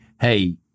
hey